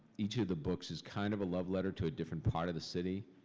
each of the books is kind of a love letter to a different part of the city,